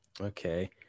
Okay